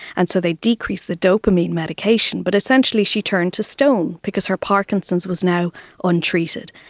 and so they decreased the dopamine medication, but essentially she turned to stone because her parkinson's was now untreated.